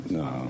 no